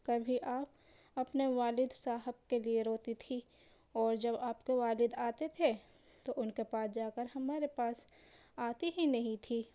کبھی آپ اپنے والد صاحب کے لیے روتی تھی اور جب آپ کے والد آتے تھے تو ان کے پاس جا کر ہمارے پاس آتی ہی نہیں تھی